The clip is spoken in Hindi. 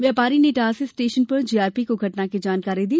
व्यापारी ने इटारसी स्टेशन पर जीआरपी को घटना की जानकारी दी